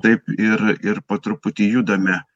taip ir ir po truputį judame